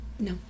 No